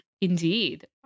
Indeed